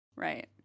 Right